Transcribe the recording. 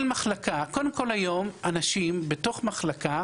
קודם כל היום אנשים בתוך מחלקה,